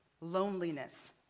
Loneliness